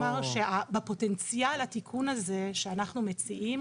בפוטנציאל התיקון הזה שאנחנו מציעים,